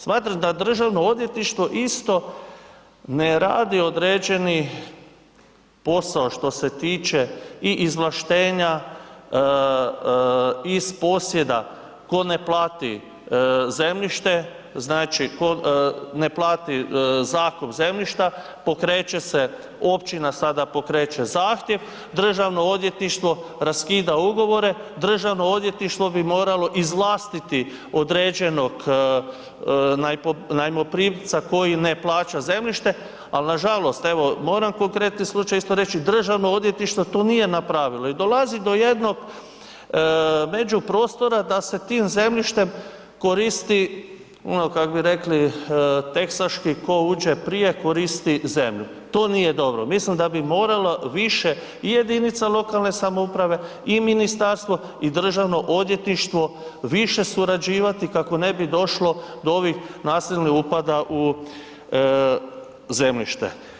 Smatram da državno odvjetništvo isto ne radi određeni posao što se tiče i izvlaštenja iz posjeda, tko ne plati zemljište, znači tko ne plati zakup zemljišta, pokreće se, općina sada pokreće zahtjev, državno odvjetništvo raskida ugovore, državno odvjetništvo bi moralo izvlastiti određenog najmoprimca koji ne plaća zemljište, al nažalost evo moram konkretni slučaj isto reći, državno odvjetništvo to nije napravilo i dolazi do jednog međuprostora da se tim zemljištem koristi, ono kak bi rekli teksaški, tko uđe prije koristi zemlju, to nije dobro, mislim da bi morala više i jedinica lokalne samouprave i ministarstvo i državno odvjetništvo više surađivati kako ne bi došlo do ovih nasilni upada u zemljište.